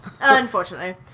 Unfortunately